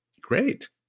great